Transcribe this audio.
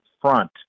Front